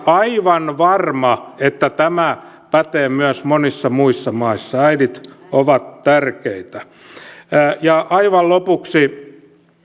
aivan varma että tämä pätee myös monissa muissa maissa äidit ovat tärkeitä aivan lopuksi